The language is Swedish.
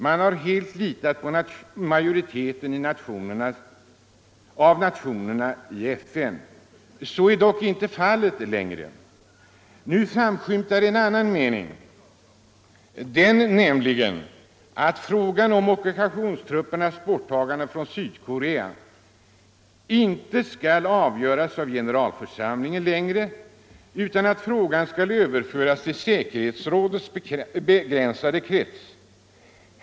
Man har helt litat på majoriteten av nationer i FN. Så är dock inte fallet längre. Nu framskymtar en annan mening, nämligen den att frågan om ockupationstruppernas bortdragande från Sydkorea inte längre skall avgöras 221 av generalförsamlingen utan att frågan skall överföras till säkerhetsrådets begränsade krets.